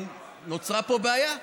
נוצרה פה בעיה.